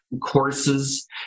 courses